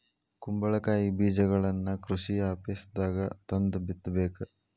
ಕುಂಬಳಕಾಯಿ ಬೇಜಗಳನ್ನಾ ಕೃಷಿ ಆಪೇಸ್ದಾಗ ತಂದ ಬಿತ್ತಬೇಕ